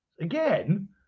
Again